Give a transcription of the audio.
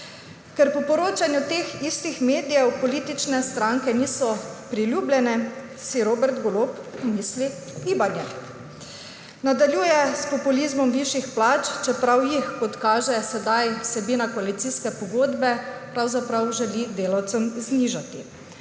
Ker po poročanju teh istih medijev politične stranke niso priljubljene, si Robert Golob umisli – gibanje. Nadaljuje s populizmom višjih plač, čeprav jih, kot kaže sedaj vsebina koalicijske pogodbe, pravzaprav želi delavcem znižati.